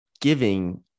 giving